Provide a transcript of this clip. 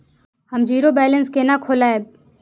हम zero balance केना खोलैब?